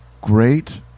Great